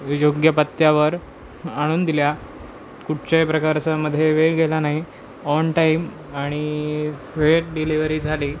योग्य पत्त्यावर आणून दिल्या कुठच्याही प्रकारचा मध्ये वेळ गेला नाही ऑन टाईम आणि वेळेत डिलिव्हरी झाली